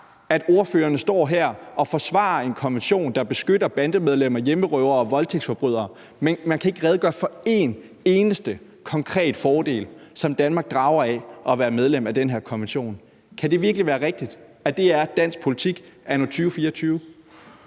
at ordførerne står her og forsvarer en konvention, der beskytter bandemedlemmer, hjemmerøvere og voldtægtsforbrydere, men man kan ikke redegøre for én eneste konkret fordel, som Danmark drager af at være medlem af den her konvention. Kan det virkelig være rigtigt, at det er dansk politik anno 2024?